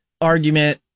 argument